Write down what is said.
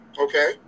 Okay